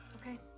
Okay